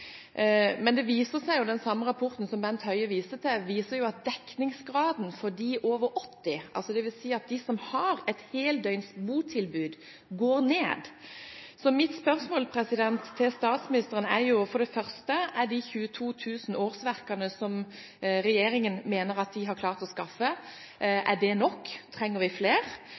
Men det viser seg i den samme rapporten som Bent Høie viste til, at dekningsgraden for de over 80 år, altså de som har behov for et heldøgns botilbud, går ned. Så mitt spørsmål til statsministeren er for det første: Er de 22 000 årsverkene som regjeringen mener at de har klart å skaffe, nok? Trenger vi flere?